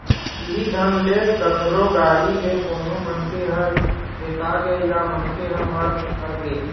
इहीं ढंग ले कखरो गाड़ी ले कोनो मनखे ह रेतागे या मनखे ह मर हर गे